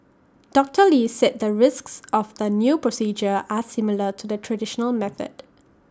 doctor lee said the risks of the new procedure are similar to the traditional method